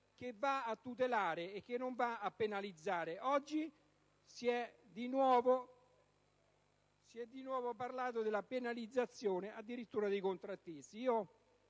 che va a tutelare, e non a penalizzare. Oggi si è di nuovo parlato della penalizzazione addirittura dei contrattisti.